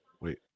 Wait